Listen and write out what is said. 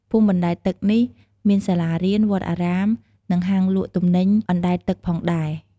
ភូមិបណ្ដែតទឹកនេះមានសាលារៀន វត្តអារាម និងហាងលក់ទំនិញអណ្ដែតទឹកផងដែរ។